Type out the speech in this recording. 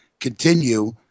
continue